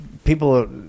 People